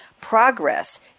Progress